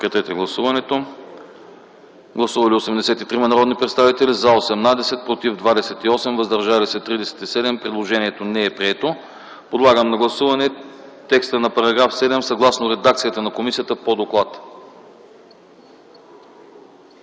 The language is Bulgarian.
Подлагам на гласуване текста на § 59 съгласно редакцията на комисията по доклада.